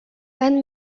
ann